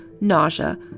nausea